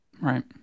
Right